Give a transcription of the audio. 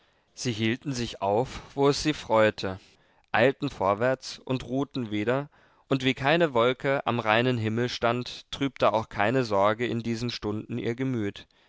sie hielten sich auf wo es sie freute eilten vorwärts und ruhten wieder und wie keine wolke am reinen himmel stand trübte auch keine sorge in diesen stunden ihr gemüt